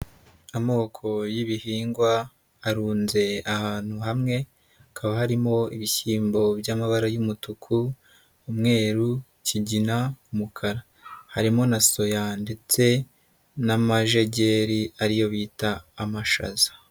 Amoko y'ibihingwa arunze ahantu hamwe hakaba harimo ibishyimbo by'amabara y'umutuku, umweru, ikigina, umukara harimo na soya ndetse n'amajegeri ari yo bita amashaza.